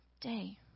day